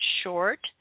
short